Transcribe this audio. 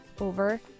over